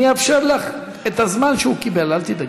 אני אאפשר לך את הזמן שהוא דיבר, אל תדאגי.